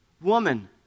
woman